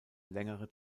längere